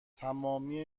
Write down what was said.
تمامی